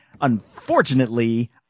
Unfortunately